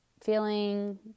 feeling